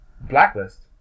Blacklist